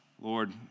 Lord